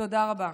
תודה רבה.